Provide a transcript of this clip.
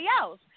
else